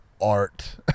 art